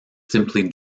simply